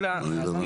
אני לא הבנתי.